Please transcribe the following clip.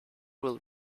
will